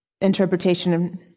interpretation